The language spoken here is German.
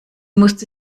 musste